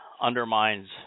undermines